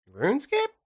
runescape